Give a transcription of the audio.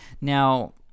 Now